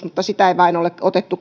mutta sitä ei vain ole otettu